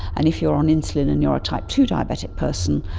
and if you are on insulin and you are type two diabetic person,